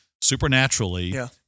supernaturally